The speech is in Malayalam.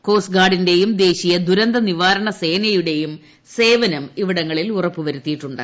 കോസ്റ്റ് ഗാർഡിന്റെയും ദേശീയ ദുരന്ത നിവാരണ സേനയുടെയും സേവനം ഇവിടങ്ങളിൽ ഉറപ്പ് വരുത്തിയിട്ടുണ്ട്